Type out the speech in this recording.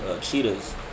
cheetahs